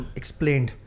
explained